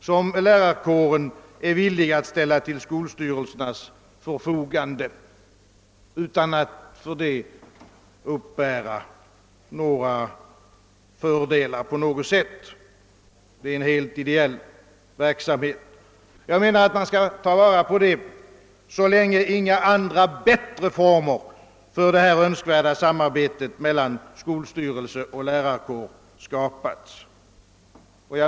Inom lärarkåren är man också villig att ställa detta material till skolstyrelsernas förfogande utan att för det uppbära några som helst fördelar. Det är en helt ideell verksamhet som man skall ta vara på så länge inte andra och bättre former för samarbetet mellan skolstyrelse och lärarkår skapats.